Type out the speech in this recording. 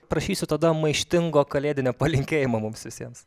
prašysiu tada maištingo kalėdinio palinkėjimo mums visiems